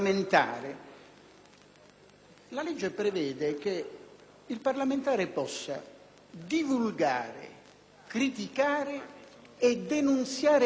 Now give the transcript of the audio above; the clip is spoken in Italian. - prevede che il parlamentare possa divulgare, criticare e denunziare politicamente.